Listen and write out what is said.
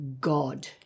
God